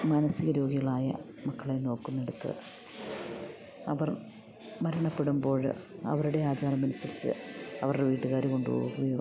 മാനസികരോഗികളായ മക്കളെ നോക്കുന്നിടത്ത് അവർ മരണപ്പെടുമ്പോഴ് അവരുടെ ആചാരമനുസരിച്ച് അവരുടെ വീട്ടുകാർ കൊണ്ടു പോവുകയോ